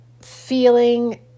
feeling